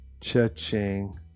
cha-ching